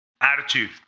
Attitude